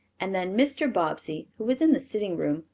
and then mr. bobbsey, who was in the sitting room,